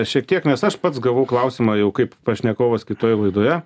šiek tiek nes aš pats gavau klausimą jau kaip pašnekovas kitoje laidoje